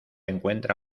encuentra